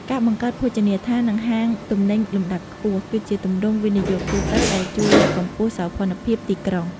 ការបង្កើតភោជនីយដ្ឋាន និងហាងទំនិញលំដាប់ខ្ពស់ គឺជាទម្រង់វិនិយោគទូទៅដែលជួយលើកកម្ពស់សោភ័ណភាពទីក្រុង។